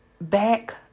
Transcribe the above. back